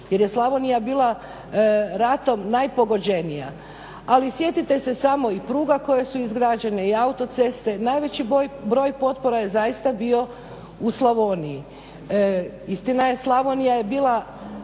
jer je Slavonija bila ratom najpogođenija, ali sjetite se samo i pruga koje su izgrađene i autoceste, najveći broj potpora je zaista bio u Slavoniji. Istina je Slavonija je bila